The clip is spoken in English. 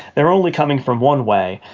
they are only coming from one way,